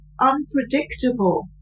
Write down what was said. unpredictable